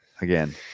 again